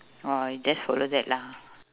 orh you just follow that lah